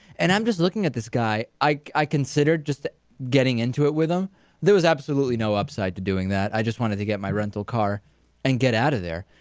and i'm just looking at this guy, i considered just getting into it with him there was absolutely no upside to doing that. i just wanted to get my rental car and get out of there.